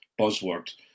buzzword